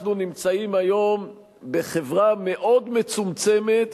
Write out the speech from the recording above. אנחנו נמצאים היום בחברה מאוד מצומצמת,